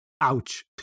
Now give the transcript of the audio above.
ouch